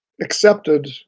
accepted